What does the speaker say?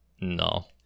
no